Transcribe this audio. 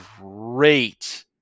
great